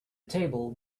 table